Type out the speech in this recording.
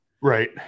Right